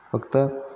फक्त